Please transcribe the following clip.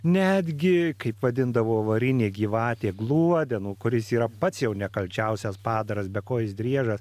netgi kaip vadindavo varinė gyvatė gluodeno kuris yra pats nekalčiausias padaras bekojis driežas